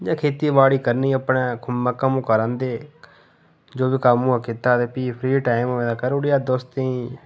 खेती बाड़ी करनी अपने मक्का मुक्कां रांह्दे जो बी कम्म होआ कीता ते फ्ही फ्री टाइम होआ ते करूड़ेआ दोस्तें गी